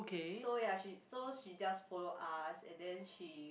so ya she so she just follow us and then she